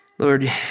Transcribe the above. Lord